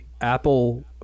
Apple